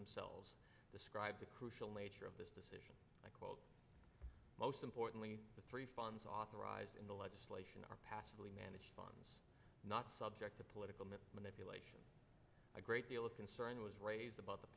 themselves describe the crucial nature of this decision i quote most importantly the three funds authorized in the legislation are passably managed fund not subject to political manipulation a great deal of concern was raised about the